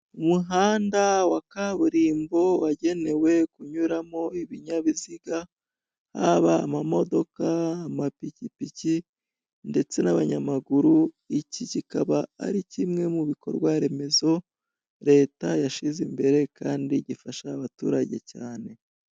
Umuhanda wa kaburimbo wagenew kunyuramo ibinyabiziga haba amamodoka, amapikipiki, ndetse n'abanyamaguru, iki kikaba ari kimwe mubikorwa remezo leta yashize imbere kandi gifasha abaturage cyane.